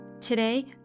Today